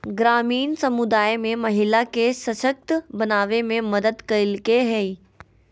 ग्रामीण समुदाय में महिला के सशक्त बनावे में मदद कइलके हइ